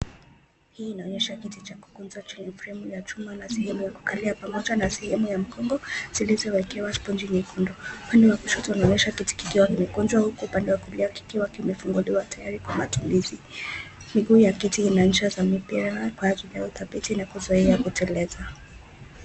Hii inaonyesha kiti cha kukunza chenye fremu ya chuma na sehemu ya kukalia pamoja na sehemu ya mgongo zilizowekewa spongi nyekundu upande wa kushoto unaonyesha kiti kikiwa kimekunjwa huku upande wa kulia kikiwa kimefunguliwa tayari kwa matumizi miguu ya kiti ina ncha za mpya kwa ajili ya udhabiti na kuzuia kuteleza.